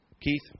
Keith